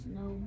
no